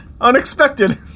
unexpected